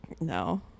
No